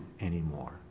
anymore